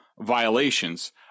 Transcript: violations